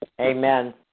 Amen